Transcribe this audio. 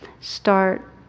start